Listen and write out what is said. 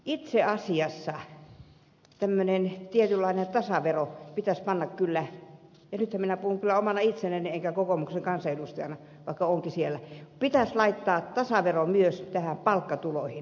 itse asiassa tämmöinen tietynlainen tasavero pitäisi kyllä ja nythän minä puhun kyllä omana itsenäni enkä kokoomuksen kansanedustajana vaikka olenkin siellä laittaa myös palkkatuloihin